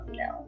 no